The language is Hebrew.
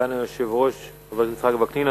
לסגן היושב-ראש, חבר הכנסת יצחק וקנין.